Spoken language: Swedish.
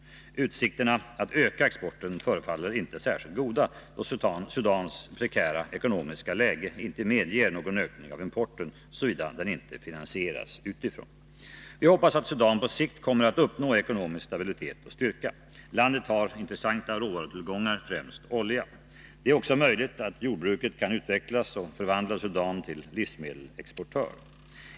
Utsikterna att öka exporten förefaller inte särskilt goda, då Sudans prekära ekonomiska läge inte medger någon ökning av importen, såvida den inte finansieras utifrån. Vi hoppas att Sudan på sikt kommer att uppnå ekonomisk stabilitet och styrka. Landet har intressanta råvarutillgångar, främst olja. Det är också möjligt att jordbruket kan utvecklas och förvandla Sudan till livsmedelsexportör.